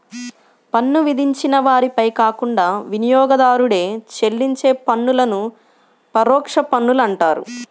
పన్ను విధించిన వారిపై కాకుండా వినియోగదారుడే చెల్లించే పన్నులను పరోక్ష పన్నులు అంటారు